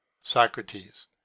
Socrates